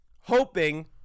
hoping